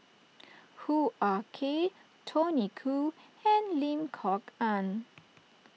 Hoo Ah Kay Tony Khoo and Lim Kok Ann